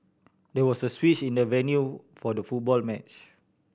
there was a switch in the venue for the football match